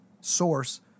source